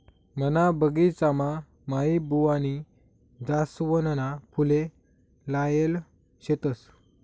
मना बगिचामा माईबुवानी जासवनना फुले लायेल शेतस